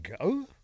go